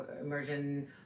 immersion